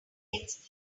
lanes